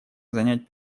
занять